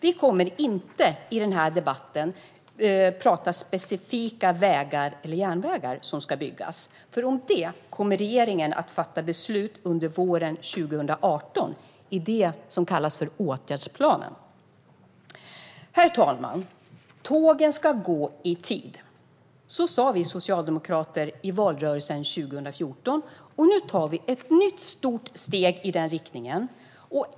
I den här debatten kommer vi inte att tala om vilka specifika vägar eller järnvägar som ska byggas. Det kommer regeringen att fatta beslut om under våren 2018, i det som kallas åtgärdsplanen. Herr talman! Tågen ska gå i tid. Det sa vi socialdemokrater i valrörelsen 2014, och nu tar vi ett nytt stort steg i den riktningen.